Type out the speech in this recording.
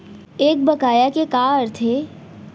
एक बकाया के का अर्थ हे?